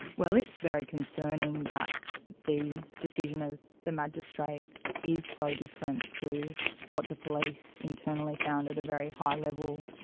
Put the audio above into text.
well, it's very concerning that the decision of the magistrate is so different to what the police internally found at a very high level.